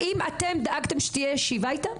אם אתם דאגתם שתהיה ישיבה איתם?